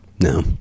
no